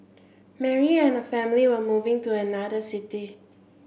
Mary and family were moving to another city